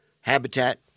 Habitat